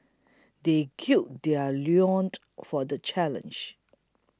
they gird their loins for the challenge